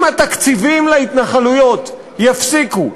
אם התקציבים להתנחלויות ייפסקו,